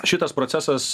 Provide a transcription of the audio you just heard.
šitas procesas